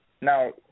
Now